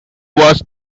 was